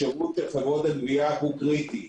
השירות של חברות הגבייה הוא קריטי.